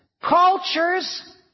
cultures